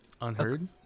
unheard